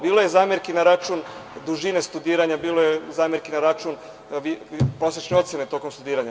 Bilo je zamerki na račun dužine studiranja, bilo je zamerki na račun prosečne ocene tokom studiranja.